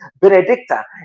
benedicta